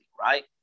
right